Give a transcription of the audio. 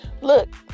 Look